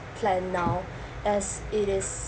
plan now as it is